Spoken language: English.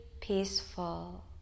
peaceful